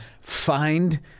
Find